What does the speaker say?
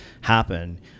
happen